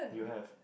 you have